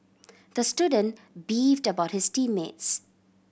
the student beefed about his team mates